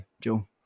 Joe